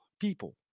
people